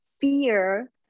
fear